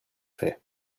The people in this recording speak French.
fait